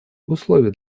условий